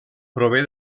prové